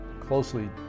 closely